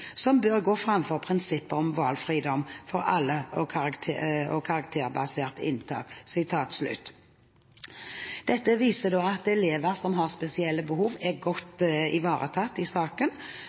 som bør gå framfor prinsippet om valfridom for alle og karakterbasert inntak.» Dette viser at elever som har spesielle behov, er godt ivaretatt i saken,